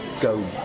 go